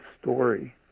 story